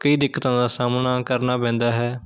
ਕਈ ਦਿੱਕਤਾਂ ਦਾ ਸਾਹਮਣਾ ਕਰਨਾ ਪੈਂਦਾ ਹੈ